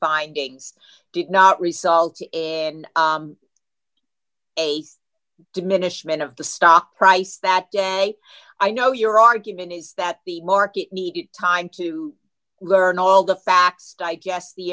findings did not result in a diminishment of the stock price that day i know your argument is that the market needed time to learn all the facts digest the